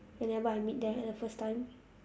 whenever I meet them at the first time